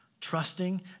trusting